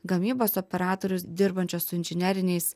gamybos operatorius dirbančio su inžineriniais